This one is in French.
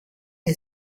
est